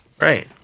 Right